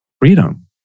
freedom